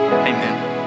Amen